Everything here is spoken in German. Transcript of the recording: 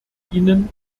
ihnen